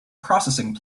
processing